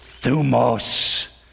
thumos